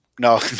No